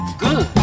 good